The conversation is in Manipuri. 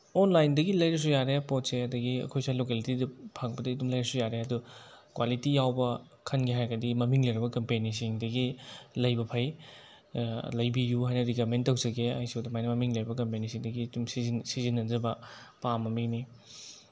ꯑꯣꯟꯂꯥꯏꯟꯗꯒꯤ ꯂꯩꯔꯁꯨ ꯌꯥꯔꯦ ꯄꯣꯠꯁꯦ ꯑꯗꯒꯤ ꯑꯩꯈꯣꯏ ꯁ꯭ꯋꯥꯏ ꯂꯣꯀꯦꯜꯂꯤꯇꯤꯗ ꯐꯪꯕꯗꯒꯤ ꯑꯗꯨꯝ ꯂꯩꯔꯁꯨ ꯌꯥꯔꯦ ꯑꯗꯣ ꯀ꯭ꯋꯥꯂꯤꯇꯤ ꯌꯥꯎꯕ ꯈꯟꯒꯦ ꯍꯥꯏꯔꯒꯗꯤ ꯃꯃꯤꯡ ꯂꯩꯔꯕ ꯀꯝꯄꯦꯅꯤꯁꯤꯡꯗꯒꯤ ꯂꯩꯕ ꯐꯩ ꯂꯩꯕꯤꯌꯨ ꯍꯥꯏꯅ ꯔꯤꯀꯃꯦꯟ ꯇꯧꯖꯒꯦ ꯑꯩꯁꯨ ꯑꯗꯨꯃꯥꯏꯅ ꯃꯃꯤꯡ ꯂꯩꯔꯕ ꯀꯝꯄꯦꯅꯤꯁꯤꯡꯗꯒꯤ ꯑꯗꯨꯝ ꯁꯤꯖꯤꯟꯅꯖꯕ ꯄꯥꯝꯕ ꯃꯤꯅꯤ